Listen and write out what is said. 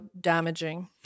damaging